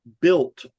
Built